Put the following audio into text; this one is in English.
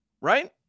right